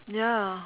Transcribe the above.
ya